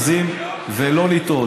מרוכזים ולא לטעות.